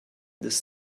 this